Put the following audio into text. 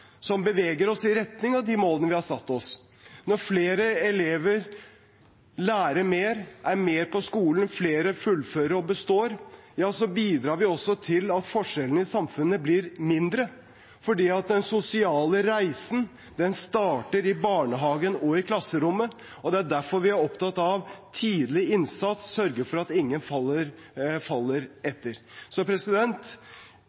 som beveger oss i retning av de målene vi har satt oss. Når flere elever lærer mer, er mer på skolen, flere fullfører og består, bidrar vi også til at forskjellene i samfunnet blir mindre. For den sosiale reisen starter i barnehagen og i klasserommet, og det er derfor vi er opptatt av tidlig innsats og å sørge for at ingen faller